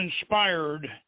inspired